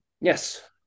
Yes